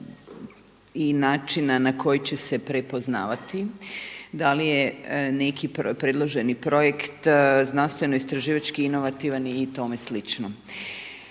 i načina na koji će se prepoznavati, da li je neki predloženi projekt, znanstveno istraživački, inovativan i tome slično.